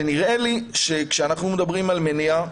נראה לי שכאשר אנחנו מדברים על מניעה,